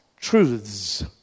truths